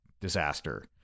Disaster